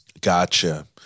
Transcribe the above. gotcha